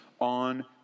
on